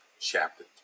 chapter